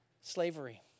slavery